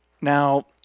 Now